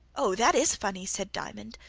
oh, that is funny! said diamond.